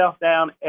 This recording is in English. down